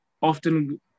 often